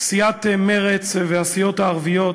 סיעת מרצ והסיעות הערביות